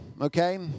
okay